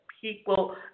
people